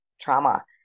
trauma